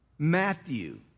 Matthew